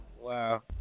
wow